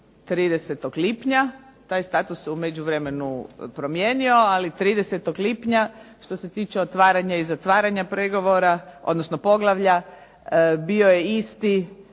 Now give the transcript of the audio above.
30. lipnja, taj je status u međuvremenu promijenio, ali 30. lipnja što se tiče otvaranja i zatvaranja pregovora odnosno poglavlja bio je isti